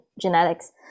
genetics